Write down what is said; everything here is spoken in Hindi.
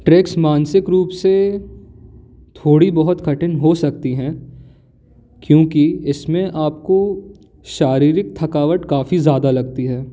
ट्रैक्स मानसिक रूप से थोड़ी बहुत कठिन हो सकती हैं क्योंकि इस में आपको शारीरिक थकावट काफ़ी ज़्यादा लगती है